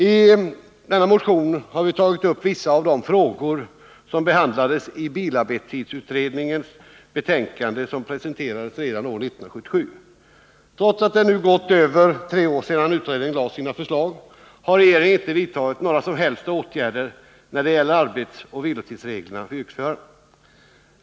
I vår motion tar vi upp vissa av de frågor som behandlas i bilarbetstidsutredningens betänkande, vilket presenterades redan 1977. Trots att det nu har gått över tre år sedan utredningen lade fram sina förslag, har regeringen inte vidtagit några som helst åtgärder när det gäller arbetstidsoch vilotidsreglerna för yrkesförarna.